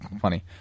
funny